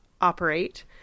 operate